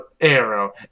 Arrow